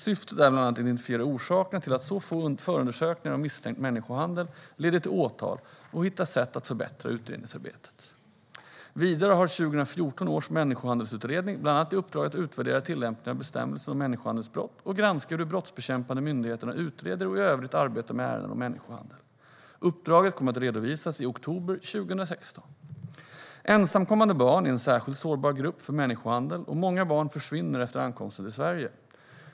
Syftet är bland annat att identifiera orsakerna till att så få förundersökningar om misstänkt människohandel leder till åtal och hitta sätt att förbättra utredningsarbetet. Vidare har 2014 års människohandelsutredning bland annat i uppdrag att utvärdera tillämpningen av bestämmelsen om människohandelsbrott och granska hur de brottsbekämpande myndigheterna utreder och i övrigt arbetar med ärenden om människohandel. Uppdraget kommer att redovisas i oktober 2016. Ensamkommande barn är en särskilt sårbar grupp för människohandel, och många barn försvinner efter ankomsten till Sverige.